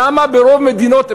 למה ברוב מדינות,